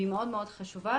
והיא חשובה מאוד,